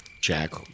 Jack